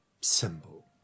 symbol